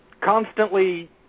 constantly